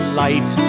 light